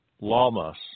Lamas